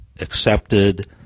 accepted